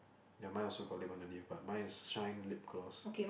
ya mine also got lip underneath but mine is shine lip gloss